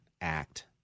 Act